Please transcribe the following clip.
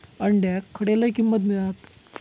अंड्याक खडे लय किंमत मिळात?